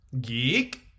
Geek